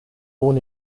born